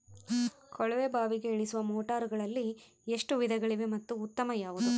ಕೊಳವೆ ಬಾವಿಗೆ ಇಳಿಸುವ ಮೋಟಾರುಗಳಲ್ಲಿ ಎಷ್ಟು ವಿಧಗಳಿವೆ ಮತ್ತು ಉತ್ತಮ ಯಾವುದು?